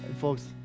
folks